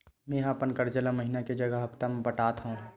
मेंहा अपन कर्जा ला महीना के जगह हप्ता मा पटात हव